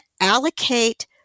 allocate